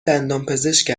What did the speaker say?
دندانپزشک